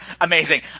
amazing